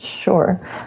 sure